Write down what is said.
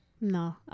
no